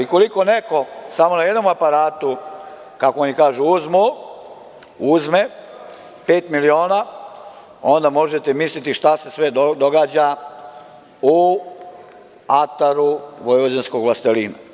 Ukoliko neko samo na jednom aparatu, kako oni kažu, uzmu, uzme pet miliona, onda možete misliti šta se sve događa u ataru vojvođanskog vlastelina.